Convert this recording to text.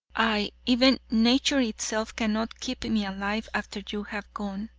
aye, even nature itself cannot keep me alive after you have gone.